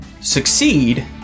succeed